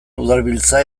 udalbiltza